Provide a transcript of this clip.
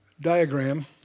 diagram